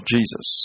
Jesus